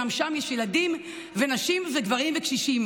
גם שם יש ילדים, נשים, גברים, וקשישים.